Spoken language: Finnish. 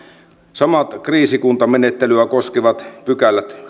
samat kriisikuntamenettelyä koskevat pykälät